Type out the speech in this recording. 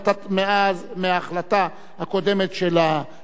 מההחלטה הקודמת של המליאה,